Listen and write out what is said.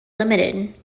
limited